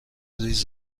ریز